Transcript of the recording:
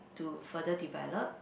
to further develop